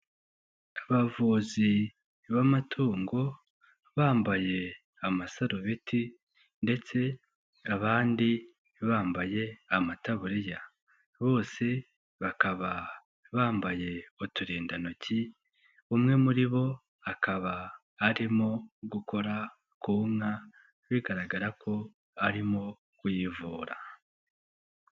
Abavuzi b'amatungo bambaye amasarubeti ndetse abandi bambaye amataburiya bose bakaba bambaye uturindantoki umwe muri bo akaba arimo gukora ku nka bigaragara ko arimo kuyivura.